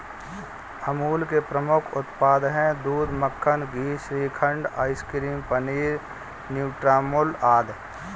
अमूल के प्रमुख उत्पाद हैं दूध, मक्खन, घी, श्रीखंड, आइसक्रीम, पनीर, न्यूट्रामुल आदि